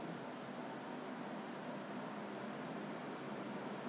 eh pump 一下痛到我要命 that means 它是很 very high alcoholic 的